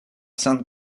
sainte